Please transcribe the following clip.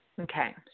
Okay